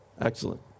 Excellent